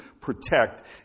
protect